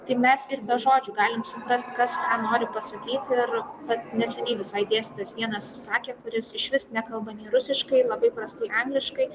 tai mes ir be žodžių galim suprast kas ką nori pasakyt ir vat neseniai visai dėstytojas vienas sakė kuris išvis nekalba nei rusiškai labai prastai angliškai